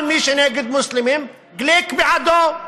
כל מי שנגד מוסלמים, גליק בעדו,